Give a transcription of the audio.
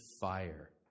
fire